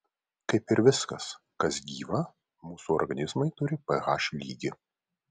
kaip ir viskas kas gyva mūsų organizmai turi ph lygį